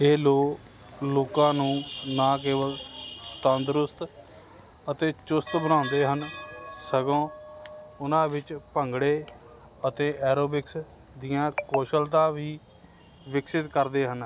ਇਹ ਲੋ ਲੋਕਾਂ ਨੂੰ ਨਾ ਕੇਵਲ ਤੰਦਰੁਸਤ ਅਤੇ ਚੁਸਤ ਬਣਾਉਂਦੇ ਹਨ ਸਗੋਂ ਉਹਨਾਂ ਵਿੱਚ ਭੰਗੜੇ ਅਤੇ ਐਰੋਬਿਕਸ ਦੀਆਂ ਕੌਸ਼ਲਤਾ ਵੀ ਵਿਕਸਿਤ ਕਰਦੇ ਹਨ